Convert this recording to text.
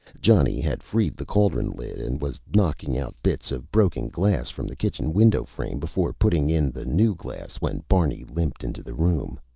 johnny had freed the cauldron lid and was knocking out bits of broken glass from the kitchen window frame before putting in the new glass when barney limped into the room.